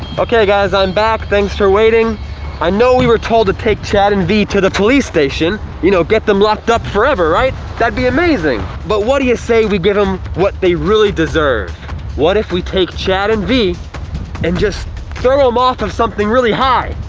okay guys i'm back thanks for waiting i know we were told to take chad and v to the police station you know get them locked up forever, right? that'd be amazing but what do you say we give them what they really deserve what if we take chad and v and just throw them off of something really high.